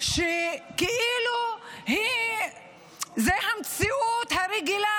כאילו זאת המציאות הרגילה,